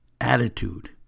attitude